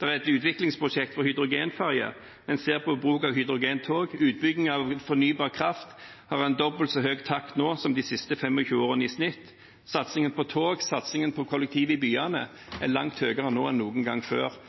det er et utviklingsprosjekt for hydrogenferjer, en ser på bruk av hydrogentog, utbygging av fornybar kraft har en dobbel så høy takt nå som de siste 25 årene i snitt, og satsingen på tog og satsingen på kollektiv i byene er langt høyere nå enn noen gang før.